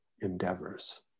endeavors